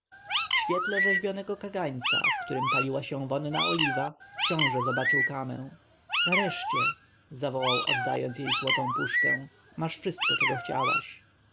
świetle rzeźbionego kagańca w którym paliła się wonna oliwa książę zobaczył kamę nareszcie zawołał oddając jej złotą puszkę masz wszystko czego chciałaś